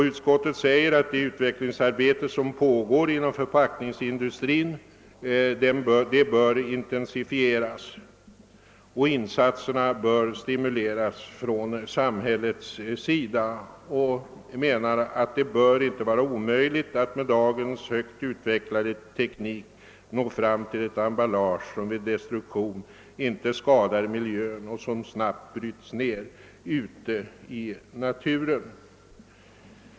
Utskottet skriver att det utvecklingsarbete som nu pågår inom förpackningsindustrin bör = intensifieras och att insatserna där bör stimuleras av samhället. Vidare menar utskottet att med dagens högt utvecklade teknik bör det inte vara omöjligt att framställa ett emballage som vid destruktion inte skadar miljön och som snabbt bryts ned ute i naturen.